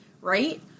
right